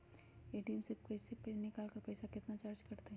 ATM से पईसा निकाले पर पईसा केतना चार्ज कटतई?